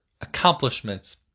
accomplishments